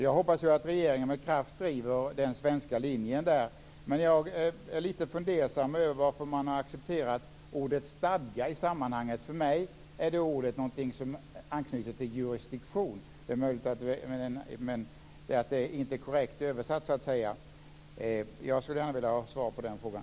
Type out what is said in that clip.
Jag hoppas att regeringen med kraft driver den svenska linjen. Men jag är lite fundersam över varför man har accepterat ordet stadga i sammanhanget. För mig anknyter det ordet till jurisdiktion. Det är möjligt att det inte är korrekt översatt. Jag skulle gärna vilja ha svar på den frågan.